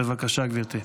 בבקשה, גברתי.